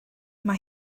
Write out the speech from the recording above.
mae